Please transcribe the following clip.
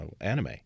anime